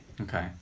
Okay